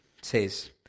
says